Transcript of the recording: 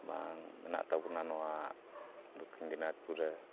ᱵᱟᱝ ᱢᱮᱱᱟᱜ ᱛᱟᱵᱚᱱᱟ ᱱᱚᱣᱟ ᱫᱚᱠᱠᱷᱤᱱ ᱫᱤᱱᱟᱡᱽᱯᱩᱨ ᱨᱮ